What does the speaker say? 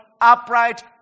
upright